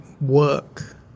work